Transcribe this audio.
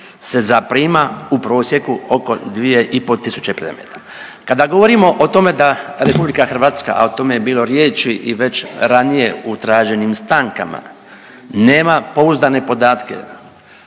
se zaprima u prosjeku oko 2,5 tisuće predmeta. Kada govorimo o tome da RH, a o tome je bilo riječi i već ranije u traženim stankama nema pouzdane podatke